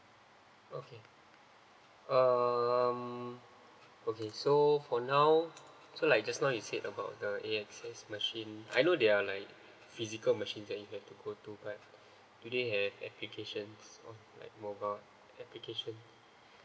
okay um okay so for now so like just now you said about the axs machine I know they are like physical machine that you can to go to but today have application of like mobile application